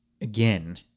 again